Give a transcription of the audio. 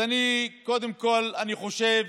אז קודם כול אני חושב